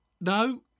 no